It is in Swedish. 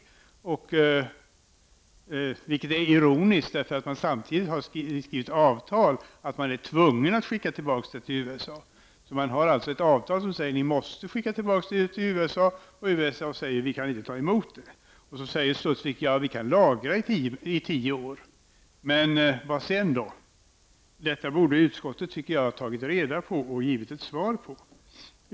Det är ironiskt, därför att det har skrivits avtal om att man är tvungen att skicka tillbaka det till USA. Det finns alltså ett avtal som säger att avfallet måste skickas tillbaka till USA, och så säger man där: Vi kan inte ta emot det. Då säger Studsvik: Vi kan lagra i tio år. Men sedan då? Detta tycker jag att utskottet borde ha tagit reda på och givit ett svar på.